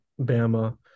Bama